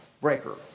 breaker